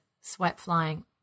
sweat-flying